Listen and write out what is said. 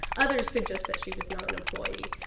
others suggest that she was not an employee.